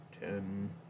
ten